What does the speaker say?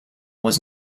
was